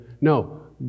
No